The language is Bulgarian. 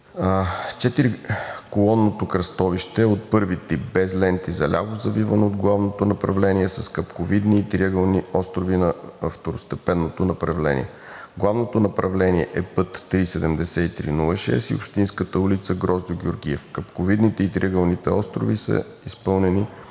Четириколонното кръстовище от 1-ви тип, без ленти за ляво завиване от главното направление, с капковидни и триъгълни острови на второстепенното направление. Главното направление е път III-7306 и общинската улица „Гроздьо Георгиев“. Капковидните и триъгълните острови са изпълнени